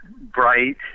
bright